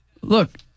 look